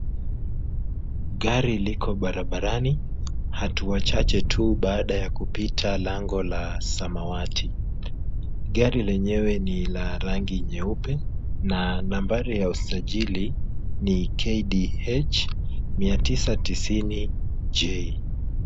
Gari liko barabarani hatua chache tu baada ya kupita lango la samawati. Gari lenyewe ni la rangi nyeupe na nambari ya usajili ni KDH 990J.